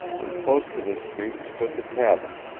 and close to this creek stood the cabin,